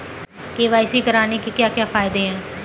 KYC करने के क्या क्या फायदे हैं?